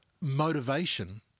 motivation